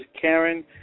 Karen